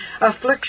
affliction